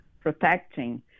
protecting